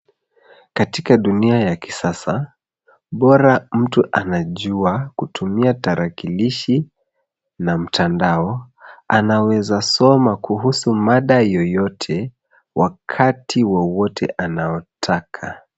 Katika dunia ya kisasa bora mtu anajua kutumia tarakilishi na mtandao anaweza soma kuhusu mada yeyote wakati wowote anaotaka.